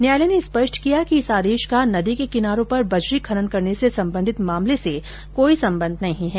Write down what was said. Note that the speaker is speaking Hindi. न्यायालय ने स्पष्ट किया कि इस आदेश का नदी के किनारों पर बजरी खनन करने से संबंधित मामले से कोई संबंध नहीं है